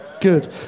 Good